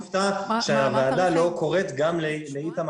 אני מופתע שהוועדה לא קוראת גם לאיתמר